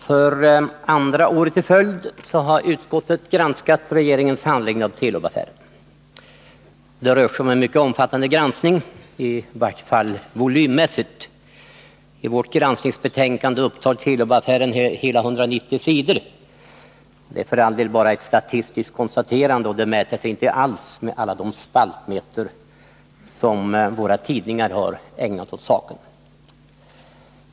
Fru talman! För andra året i följd har utskottet granskat regeringens handläggning av Telub-affären. Det rör sig om en mycket omfattande granskning, i vart fall volymmässigt. I vårt granskningsbetänkande upptar Telub-affären hela 190 sidor. Det är för all del bara ett statistiskt konstaterande, och sidantalet kan inte alls mäta sig med alla de spaltmeter som våra tidningar har ägnat åt saken.